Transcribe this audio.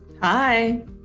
hi